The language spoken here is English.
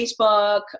facebook